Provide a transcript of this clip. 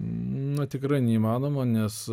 na tikra neįmanoma nes